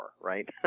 right